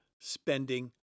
spending